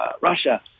Russia